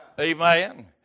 Amen